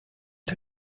est